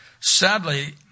Sadly